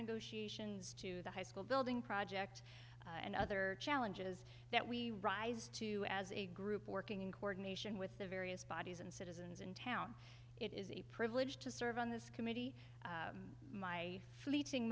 negotiations to the high school building project and other challenges that we rise to as a group working in coordination with the various bodies and citizens in town is a privilege to serve on this committee my fleeting